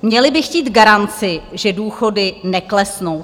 Měli by chtít garanci, že důchody neklesnou.